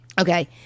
Okay